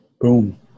Boom